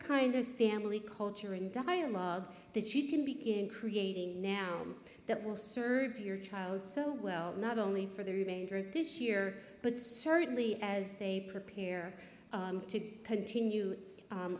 kind of family culture and dialogue that you can begin creating now that will serve your child so well not only for the remainder of this year but certainly as they prepare to continue